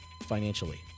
financially